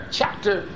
chapter